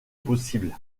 possibles